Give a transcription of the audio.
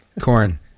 corn